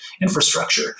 infrastructure